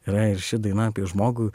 yra ir ši daina apie žmogų